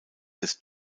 des